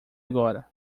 agora